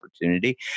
opportunity